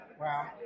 Wow